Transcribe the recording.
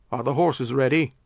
are the horses ready?